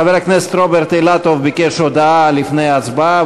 חבר הכנסת רוברט אילטוב ביקש הודעה לפני ההצבעה,